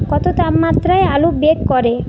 কত তাপমাত্রায় আলু বেক করে